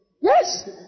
yes